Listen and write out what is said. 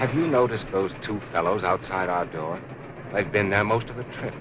have you noticed those two fellows outside our door i've been there most of the trip